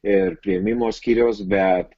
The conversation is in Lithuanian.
ir priėmimo skyriaus bet